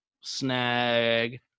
snag